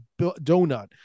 donut